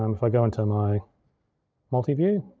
um if i go into my multiview,